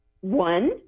one